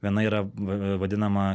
viena yra vadinama